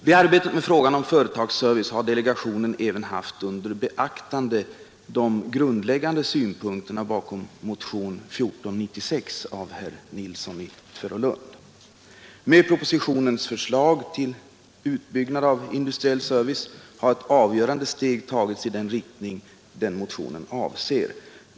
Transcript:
Vid arbetet med frågan om företagsservice har delegationen haft under beaktande de grundläggande synpunkterna bakom motionen 1496 av herr Nilsson i Tvärålund m.fl. Med propositionens förslag till utbyggnad av industriell service har ett avgörande steg tagits i den riktning som motionen avser.